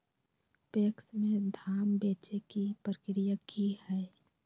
PACS में धाम बेचे के प्रक्रिया की हय?